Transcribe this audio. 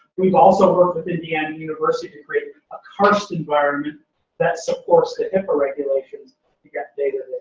we've also worked with indiana univeristy to create a karst environment that supports the hipaa regulations to get data